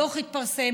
הדוח יתפרסם,